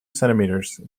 centimetres